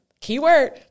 keyword